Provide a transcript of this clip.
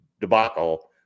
debacle